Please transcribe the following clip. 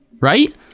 Right